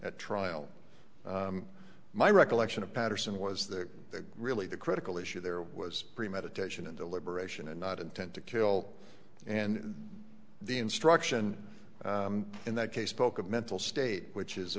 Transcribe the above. at trial my recollection of patterson was that the really the critical issue there was premeditation and deliberation and not intent to kill and the instruction in that case spoke of mental state which is a